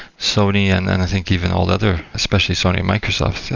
sony and and i think even all the other, especially sony microsoft,